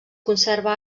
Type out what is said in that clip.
conserva